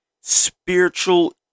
spiritual